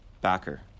Backer